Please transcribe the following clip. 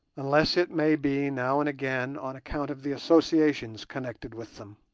unless it may be now and again on account of the associations connected with them.